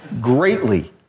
greatly